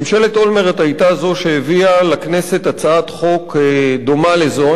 ממשלת אולמרט היא שהביאה לכנסת הצעת חוק דומה לזו,